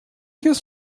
his